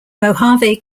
mohave